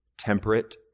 Temperate